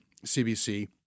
CBC